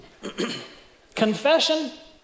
Confession